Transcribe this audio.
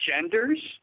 genders